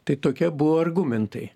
tai tokie buvo argumentai